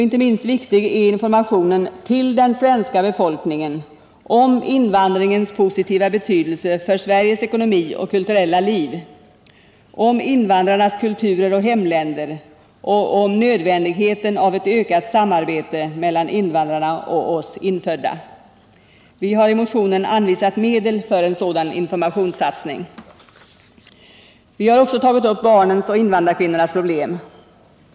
Inte minst viktig är informationen till den svenska befolkningen om invandringens positiva betydelse för Sveriges ekonomi och kulturella liv, om invandrarnas kulturer och hemländer och om nödvändigheten av ett ökat samarbete mellan invandrarna och oss infödda. Vi har i motionen anvisat medel för en sådan informationssatsning. Vi har också tagit upp barnens och invandrarkvinnornas problem.